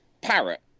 parrot